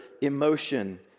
emotion